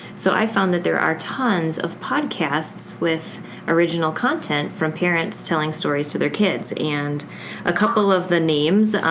so i found that there are tons of podcasts with original content from parents telling stories to their kids. and a couple of the names,